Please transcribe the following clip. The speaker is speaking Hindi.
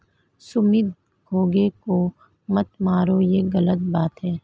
सुमित घोंघे को मत मारो, ये गलत बात है